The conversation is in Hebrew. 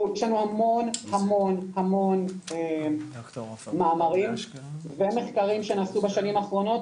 יש לנו המון המון מאמרים ומחקרים שנעשו בשנים האחרונות,